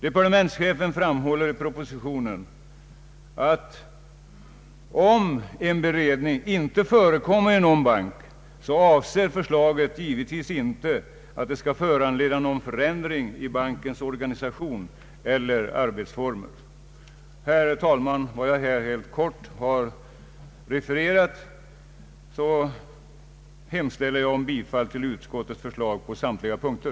Departementschefen framhåller i propositionen att om beredning inte förekommer i någon bank, så avser förslaget givetvis inte att det skall föranleda någon förändring i bankens organisation eller arbetsformer. Herr talman! Med vad jag här har refererat hemställer jag om bifall till utskottets förslag på samtliga punkter.